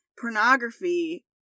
pornography